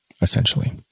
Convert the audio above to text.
essentially